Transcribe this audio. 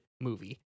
movie